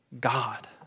God